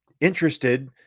interested